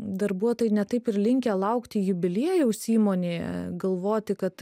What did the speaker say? darbuotojai ne taip ir linkę laukti jubiliejaus įmonėje galvoti kad